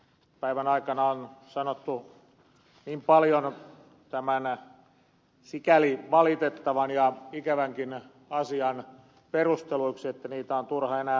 päivän aikana on sanottu niin paljon tämän sikäli valitettavan ja ikävänkin asian perusteluiksi että niitä on turha enää toistaa